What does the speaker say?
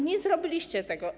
Nie zrobiliście tego.